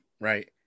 right